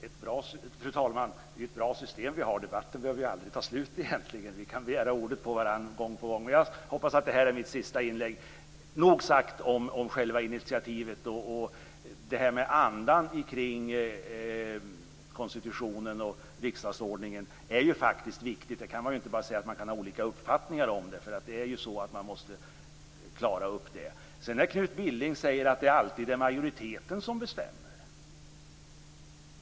Fru talman! Det är ett bra system vi har. Debatten behöver egentligen aldrig ta slut. Vi kan begära ordet gång på gång, men jag hoppas att det här är mitt sista inlägg. Nog sagt om själva initiativet. Andan kring konstitutionen och riksdagsordningen är ju faktiskt viktig. Man kan inte bara säga att man kan ha olika uppfattningar om detta. Man måste klara upp det. Knut Billing säger att det alltid är majoriteten som bestämmer.